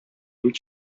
бик